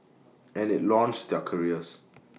and IT launched their careers